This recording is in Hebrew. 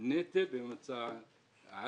נטל על